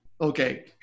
okay